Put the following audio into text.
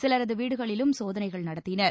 சிலரது வீடுகளிலும் சோதனைகள் நடத்தினர்